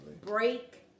break